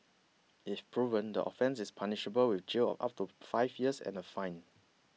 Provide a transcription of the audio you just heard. if proven the offence is punishable with jail of up to five years and a fine